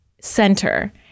center